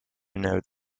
node